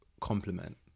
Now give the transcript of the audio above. compliment